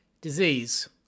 Disease